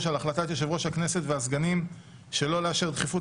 על החלטת יושב-ראש הכנסת והסגנים שלא לאשר דחיפות